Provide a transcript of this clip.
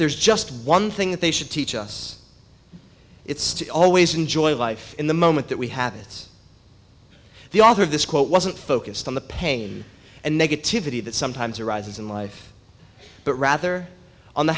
there's just one thing that they should teach us it's to always enjoy life in the moment that we have this the author of this quote wasn't focused on the pain and negativity that sometimes arises in life but rather on the